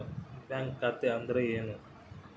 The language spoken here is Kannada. ಬ್ಯಾಂಕ್ ಖಾತೆ ಅಂದರೆ ಏನು?